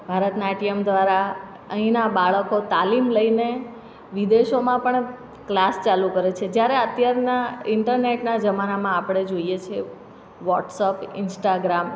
ભારતનાટ્યમ દ્વારા અહીંનાં બાળકો તાલીમ લઈને વિદેશોમાં પણ ક્લાસ ચાલુ કરે છે જયારે અત્યારના ઇન્ટરનેટના જમાનામાં આપણે જોઈએ છીએ વોટ્સપ ઇન્સ્ટાગ્રામ